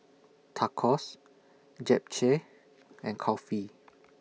Tacos Japchae and Kulfi